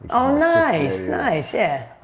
oh nice. nice, yeah.